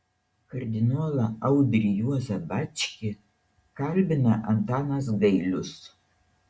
kardinolą audrį juozą bačkį kalbina antanas gailius